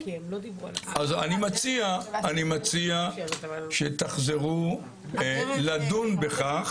אז אני מציע שתחזרו לדון בכך.